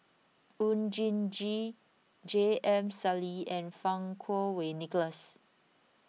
Oon Jin Gee J M Sali and Fang Kuo Wei Nicholas